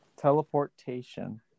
Teleportation